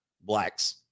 blacks